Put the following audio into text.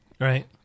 Right